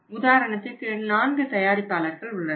உதாரணத்திற்கு 4 தயாரிப்பாளர்கள் உள்ளனர்